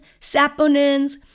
saponins